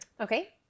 okay